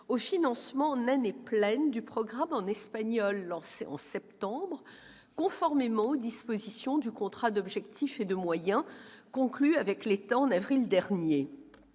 au financement, en année pleine, du programme en espagnol lancé en septembre, conformément aux dispositions du contrat d'objectifs et de moyens conclu avec l'État en avril dernier.